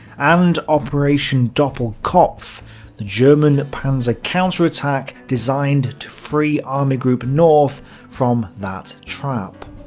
and operation doppelkopf the german panzer counter-attack designed to free army group north from that trap.